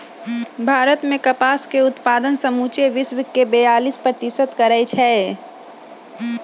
भारत मे कपास के उत्पादन समुचे विश्वके बेयालीस प्रतिशत करै छै